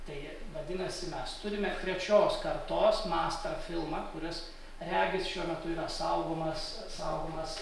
tai vadinasi mes turime trečios kartos master filmą kuris regis šiuo metu yra saugomas saugomas